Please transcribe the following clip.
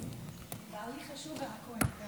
בעלי חשוב וגם הכהן.